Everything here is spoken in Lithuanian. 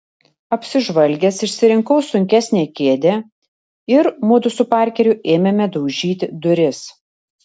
apsižvalgęs išsirinkau sunkesnę kėdę ir mudu su parkeriu ėmėme daužyti duris